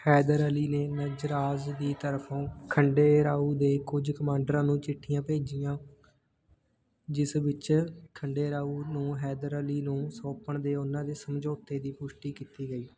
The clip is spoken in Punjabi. ਹੈਦਰ ਅਲੀ ਨੇ ਨੰਜਰਾਜ ਦੀ ਤਰਫ਼ੋਂ ਖੰਡੇ ਰਾਓ ਦੇ ਕੁਝ ਕਮਾਂਡਰਾਂ ਨੂੰ ਚਿੱਠੀਆਂ ਭੇਜੀਆਂ ਜਿਸ ਵਿੱਚ ਖੰਡੇ ਰਾਓ ਨੂੰ ਹੈਦਰ ਅਲੀ ਨੂੰ ਸੌਂਪਣ ਦੇ ਉਹਨਾਂ ਦੇ ਸਮਝੌਤੇ ਦੀ ਪੁਸ਼ਟੀ ਕੀਤੀ ਗਈ